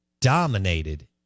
dominated